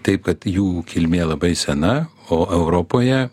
taip kad jų kilmė labai sena o europoje